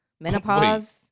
menopause